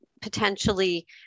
potentially